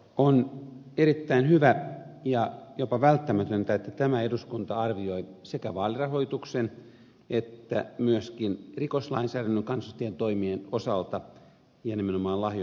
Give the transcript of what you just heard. on erittäin hyvä ja jopa välttämätöntä että tämä eduskunta arvioi sekä vaalirahoituksen että myöskin rikoslainsäädännön kansanedustajien toimien osalta ja nimenomaan lahjonnan osalta